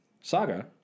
saga